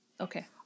Okay